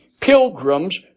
Pilgrims